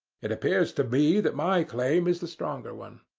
it appears to me that my claim is the stronger one.